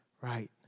right